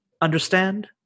understand